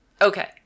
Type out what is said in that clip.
Okay